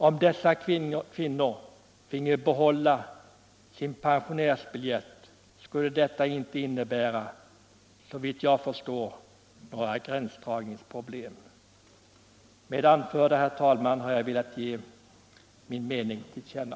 Om dessa kvinnor finge behålla sin pensionärsbiljett skulle detta inte innebära, såvitt jag förstår, några gränsdragningsproblem. Med det anförda, herr talman, har jag velat ge min mening till känna.